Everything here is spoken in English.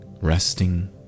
resting